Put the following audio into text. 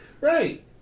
Right